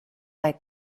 like